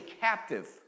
captive